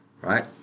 right